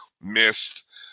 missed